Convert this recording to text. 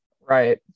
Right